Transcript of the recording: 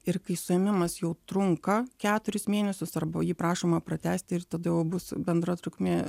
ir kai suėmimas jau trunka keturis mėnesius arba jį prašoma pratęsti ir tada jau bus bendra trukmė